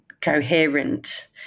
coherent